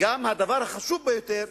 וגם את הדבר החשוב ביותר,